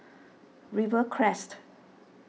Rivercrest